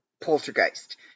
poltergeist